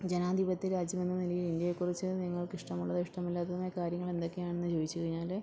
ജനാധിപത്യ രാജ്യമെന്ന നിലയിൽ ഇന്ത്യയെക്കുറിച്ച് നിങ്ങൾക്ക് ഇഷ്ടമുള്ളതും ഇഷ്ടമില്ലാത്തതുമായ കാര്യങ്ങൾ എന്തൊക്കെയാണെന്നു ചോദിച്ചു കഴിഞ്ഞാൽ